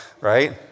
right